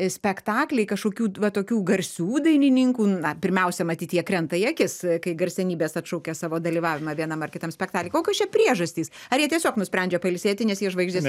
spektakliai kažkokių va tokių garsių dainininkų na pirmiausia matyt jie krenta į akis kai garsenybės atšaukia savo dalyvavimą vienam ar kitam spektakly kokios čia priežastys ar jie tiesiog nusprendžia pailsėti nes jie žvaigždės